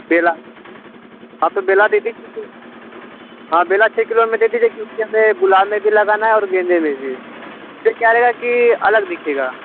बेला हाँ तो बेला दे दीजिए हाँ बेला छः किलो में दे दीजिए क्योंकि हमें गुलाब में भी लगाना है और गेंदे में भी इससे क्या रहेगा कि अलग दिखेगा